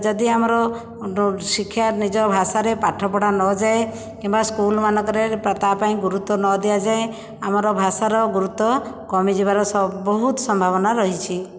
ଯଦି ଆମର ଶିକ୍ଷା ନିଜ ଭାଷାରେ ପାଠ ପଢ଼ା ନଯାଏ କିମ୍ବା ସ୍କୁଲମାନଙ୍କରେ ତା ପାଇଁ ଗୁରୁତ୍ଵ ନ ଦିଆଯାଏ ଆମର ଭାଷାର ଗୁରୁତ୍ଵ କମି ଯିବାର ସ ବହୁତ ସମ୍ଭାବନା ରହିଛି